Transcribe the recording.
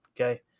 okay